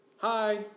Hi